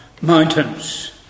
Mountains